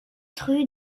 rue